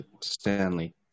Stanley